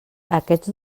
aquests